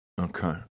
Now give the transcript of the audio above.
Okay